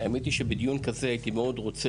האמת היא שבדיון כזה אני הייתי מאוד רוצה